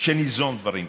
שניזום דברים כאלה.